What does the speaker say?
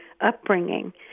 upbringing